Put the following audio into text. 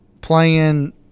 playing